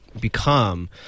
become